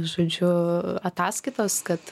žodžiu ataskaitos kad